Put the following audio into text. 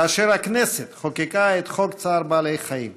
כאשר הכנסת חוקקה את חוק צער בעלי חיים.